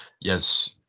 Yes